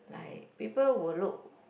like people will look